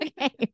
Okay